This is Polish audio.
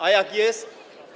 A jak jest?